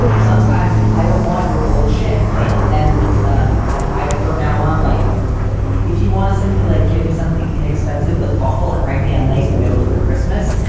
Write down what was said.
sometimes i don't want your old shit. right. and um i. from now on, like if you want to simply, like, get me something inexpensive but thoughtful and write me a nice note for christmas.